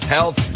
Health